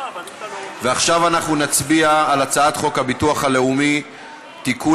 עכשיו אנחנו נצביע על הצעת חוק הביטוח הלאומי (תיקון,